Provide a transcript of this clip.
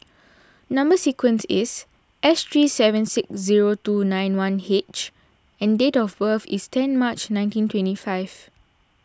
Number Sequence is S three seven six zero two nine one H and date of birth is ten March nineteen twenty five